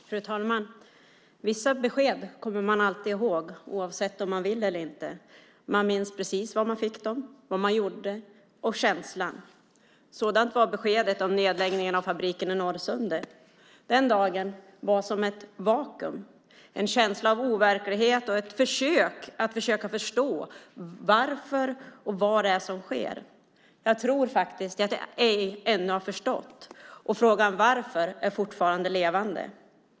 Fru talman! Vissa besked kommer man alltid ihåg vare sig man vill eller inte. Man minns precis var man fick dem och vad man gjorde och även känslan. Så var det med beskedet om nedläggningen av fabriken i Norrsundet. Den dagen var som ett vakuum, en känsla av overklighet - ett försök att förstå varför och vad det är som sker. Jag tror faktiskt att jag ännu inte har förstått det. Frågan varför är fortfarande levande.